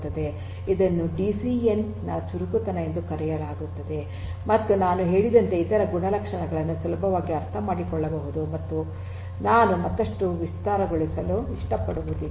ಇದನ್ನು ಡಿಸಿಎನ್ ನ ಚುರುಕುತನ ಎಂದು ಕರೆಯಲಾಗುತ್ತದೆ ಮತ್ತು ನಾನು ಹೇಳಿದಂತೆ ಇತರ ಗುಣಲಕ್ಷಣಗಳನ್ನು ಸುಲಭವಾಗಿ ಅರ್ಥಮಾಡಿಕೊಳ್ಳಬಹುದು ಮತ್ತು ನಾನು ಮತ್ತಷ್ಟು ವಿಸ್ತಾರಗೊಳಿಸುವ ಅಗತ್ಯವಿಲ್ಲ